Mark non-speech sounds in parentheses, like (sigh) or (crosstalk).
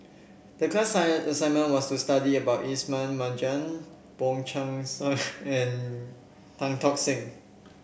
the class sign assignment was to study about Ismail Marjan Wong Chong (noise) Sai and Tan Tock Seng